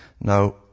Now